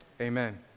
Amen